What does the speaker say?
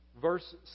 verse